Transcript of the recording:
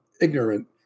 ignorant